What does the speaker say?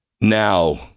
Now